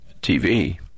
TV